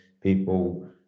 people